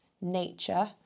nature